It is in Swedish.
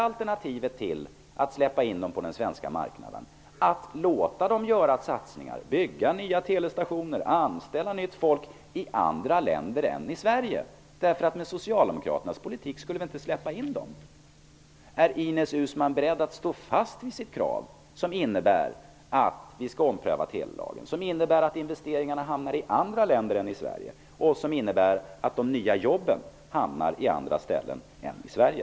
Alternativet till att släppa in dem på den svenska marknaden är att låta dem göra nya satsningar, bygga nya telestationer, anställa nytt folk i andra länder än i Sverige, för med Socialdemokraternas politik skulle vi inte släppa in dem. Är Ines Uusmann beredd att stå fast vid sitt krav att vi skall ompröva telelagen, vilket innebär att investeringarna hamnar i andra länder än i Sverige och som innebär att de nya jobben hamnar på andra ställen än i Sverige?